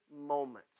moments